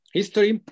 history